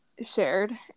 shared